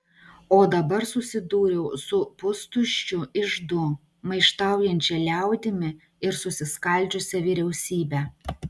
o dabar susidūriau su pustuščiu iždu maištaujančia liaudimi ir susiskaldžiusia vyriausybe